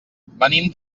venim